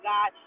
God